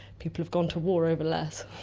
people have gone to war over less.